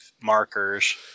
markers